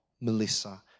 Melissa